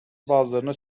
bazılarına